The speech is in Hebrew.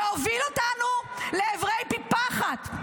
והוביל אותנו לעברי פי פחת.